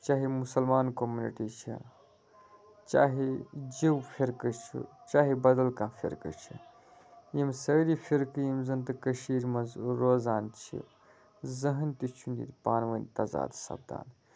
چاہے مُسَلمان کَوٚمنِٹی چھِ چاہے جیو فِرقہٕ چھُ چاہے بَدل کانٛہہ فِرقہٕ چھِ یِم سٲری فرقہٕ یِم زَن تہٕ کٔشیٖر مَنٛز روزان چھِ زٕہنۍ تہِ چھُنہٕ ییتہِ پانہٕ وونۍ تَزاد سَبدان